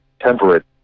temperate